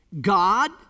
God